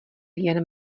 jen